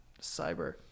cyber